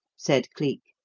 said cleek.